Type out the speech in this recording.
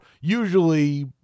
usually